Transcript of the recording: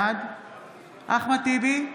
בעד אחמד טיבי,